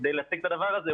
כדי להשיג את הדבר הזה,